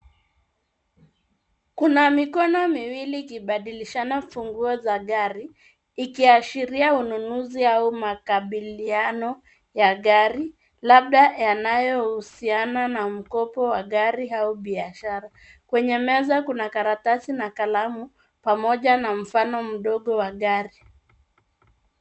Kuna mikono miwili ikibadilishana funguo za gari, ikiashiria ununuzi au makabiliano ya gari labda yanayohusiana na mkopo wa gari au biashara. Kwenye meza kuna karatasi na kalamu pamoja na mfano mdogo wa gari.